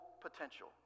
potential